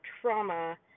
trauma